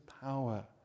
power